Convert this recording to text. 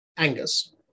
Angus